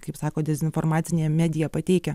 kaip sako dezinformacinę mediją pateikia